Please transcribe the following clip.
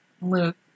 Luke